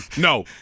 No